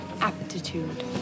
aptitude